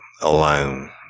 alone